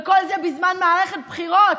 וכל זה בזמן מערכת בחירות,